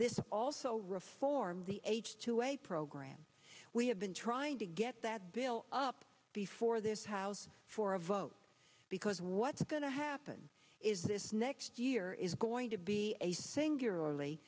this also reform the h two a program we have been trying to get that bill up before this house for a vote because what's going to happen is this next year is going to be a singularly